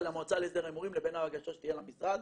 למועצה להסדר ההימורים לבין ההגשה שתהיה למשרד,